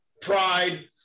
pride